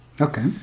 Okay